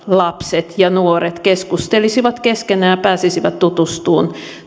lapset ja nuoret keskustelisivat keskenään ja pääsisivät tutustumaan